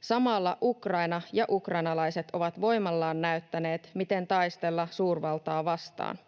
Samalla Ukraina ja ukrainalaiset ovat voimallaan näyttäneet, miten taistella suurvaltaa vastaan